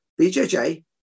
BJJ